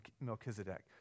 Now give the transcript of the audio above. Melchizedek